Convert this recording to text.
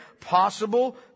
possible